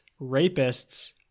rapists